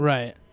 Right